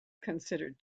considered